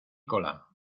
cola